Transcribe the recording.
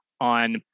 on